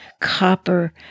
copper